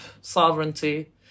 sovereignty